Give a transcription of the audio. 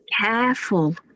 careful